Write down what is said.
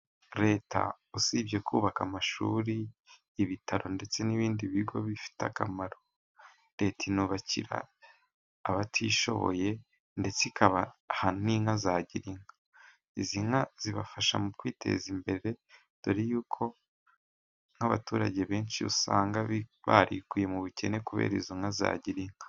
Leta usibye kubaka amashuri, ibitaro ndetse n'ibindi bigo bifite akamaro, leta inubakira abatishoboye ndetse ikabaha n'inka za girinka, izi nka zibafasha mu kwiteza imbere dore yuko nk'abaturage benshi, usanga barikuye mu bukene kubera izo nka za girinka.